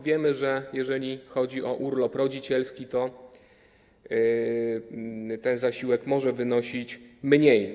Wiemy, że jeżeli chodzi o urlop rodzicielski, to ten zasiłek może wynosić mniej.